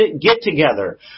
get-together